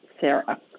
Sarah